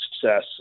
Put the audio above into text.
success